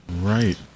Right